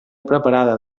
preparada